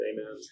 Amen